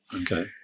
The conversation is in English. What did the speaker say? okay